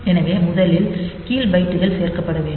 எனவே முதலில் கீழ் பைட்டுகள் சேர்க்கப்பட வேண்டும்